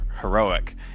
Heroic